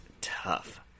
tough